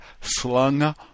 slung